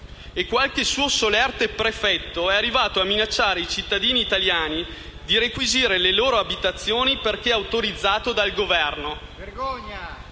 e qualche suo solerte prefetto è arrivato a minacciare i cittadini italiani di requisire le loro abitazioni perché autorizzato dal Governo.